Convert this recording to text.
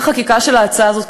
הליך החקיקה של ההצעה הזאת,